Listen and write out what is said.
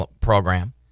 program